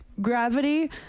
Gravity